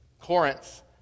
Corinth